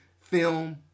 film